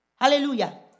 Hallelujah